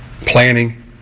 planning